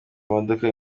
imodoka